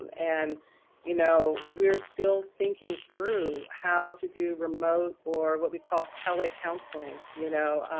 um and you know, we're still thinking through how to do remote or what we call telecounseling, you know?